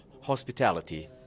hospitality